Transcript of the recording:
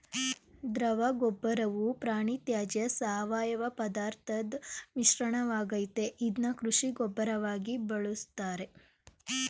ದ್ರವಗೊಬ್ಬರವು ಪ್ರಾಣಿತ್ಯಾಜ್ಯ ಸಾವಯವಪದಾರ್ಥದ್ ಮಿಶ್ರಣವಾಗಯ್ತೆ ಇದ್ನ ಕೃಷಿ ಗೊಬ್ಬರವಾಗಿ ಬಳುಸ್ತಾರೆ